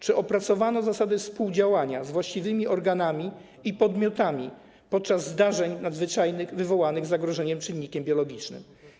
Czy opracowano zasady współdziałania z właściwymi organami i podmiotami podczas zdarzeń nadzwyczajnych wywołanych zagrożeniem czynnikiem biologicznym?